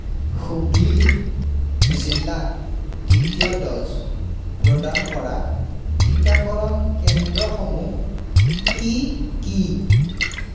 হুগলী জিলাত দ্বিতীয় ড'জ প্ৰদান কৰা টীকাকৰণ কেন্দ্ৰসমূহ কি কি